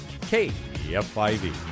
KFIV